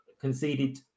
conceded